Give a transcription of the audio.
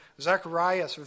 Zechariah